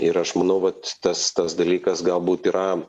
ir aš manau vat tas tas dalykas galbūt yra